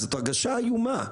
זאת הרגשה איומה.